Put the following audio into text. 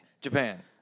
Japan